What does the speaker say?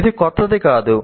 ఇది క్రొత్తది కాదు